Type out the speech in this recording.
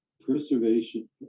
preservation